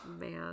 man